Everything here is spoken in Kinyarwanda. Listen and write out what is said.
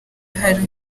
hari